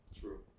True